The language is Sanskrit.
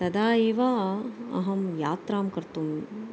तदा एव अहं यात्रां कर्तुम्